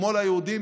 כמו ליהודים,